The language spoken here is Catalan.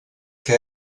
que